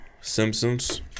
Simpsons